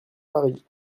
paris